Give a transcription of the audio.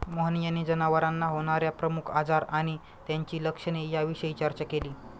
मोहन यांनी जनावरांना होणार्या प्रमुख आजार आणि त्यांची लक्षणे याविषयी चर्चा केली